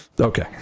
Okay